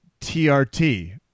trt